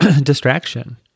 distraction